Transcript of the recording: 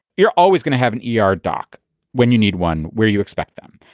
you're always going to have an e r. doc when you need one where you expect them.